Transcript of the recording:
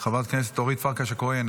חברת הכנסת אורית פרקש הכהן,